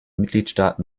mitgliedstaaten